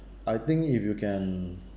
I think if you can